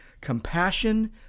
compassion